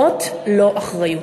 זאת לא אחריות.